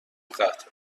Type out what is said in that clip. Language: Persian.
قطع